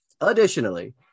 Additionally